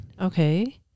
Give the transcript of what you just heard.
Okay